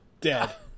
dead